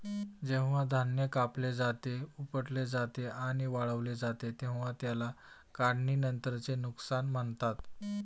जेव्हा धान्य कापले जाते, उपटले जाते आणि वाळवले जाते तेव्हा त्याला काढणीनंतरचे नुकसान म्हणतात